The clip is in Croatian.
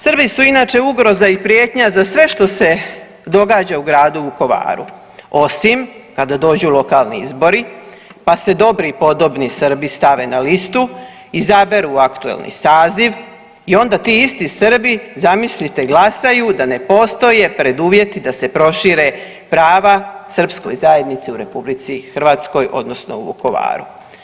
Srbi su inače ugroza i prijetnja za sve što se događa u gradu Vukovaru osim kada dođu lokalni izbori pa se dobri i podobni Srbi stave na listu, izaberu aktualni saziv i onda ti isti Srbi zamislite glasaju da ne postoje preduvjeti da se prošire prava srpskoj zajednici u RH odnosno u Vukovaru.